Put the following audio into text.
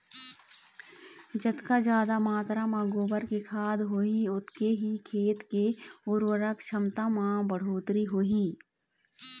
जतका जादा मातरा म गोबर के खाद होही ओतके ही खेत के उरवरक छमता म बड़होत्तरी होही